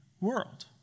world